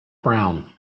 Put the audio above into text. brown